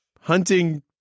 hunting